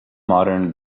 modern